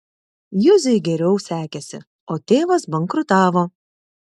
juzei geriau sekėsi o tėvas bankrutavo